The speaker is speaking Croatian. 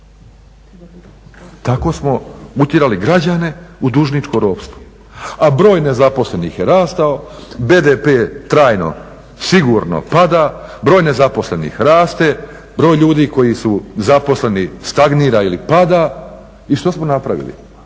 Tako smo utjerali građane u dužničko ropstvo, a broj nezaposlenih je rastavo, BDP trajno sigurno pada, broj nezaposlenih raste, broj ljudi koji su zaposleni stagnira ili pada i što smo napravili?